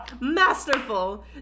Masterful